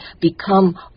become